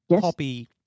copy